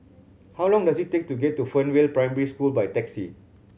how long does it take to get to Fernvale Primary School by taxi